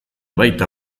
baita